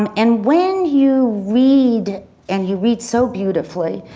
um and when you read and you read so beautifully,